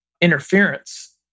interference